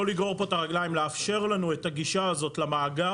לא לגרור פה את הרגליים ולאפשר לנו את הגישה הזו למאגר,